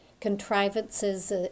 contrivances